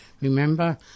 remember